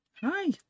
Hi